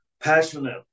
passionate